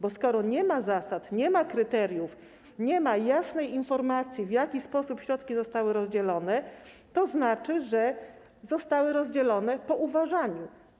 Bo skoro nie ma zasad, nie ma kryteriów, nie ma jasnej informacji, w jaki sposób środki zostały rozdzielone, to znaczy, że zostały rozdzielone po uważaniu.